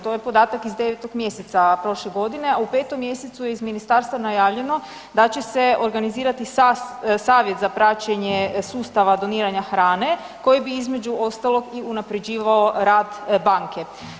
To je podatak iz 9 mjeseca prošle godine, a u 5 mjesecu je iz ministarstva najavljeno da će se organizirati Savjet za praćenje sustava doniranja hrane koji bi između ostalog i unapređivao rad banke.